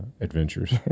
adventures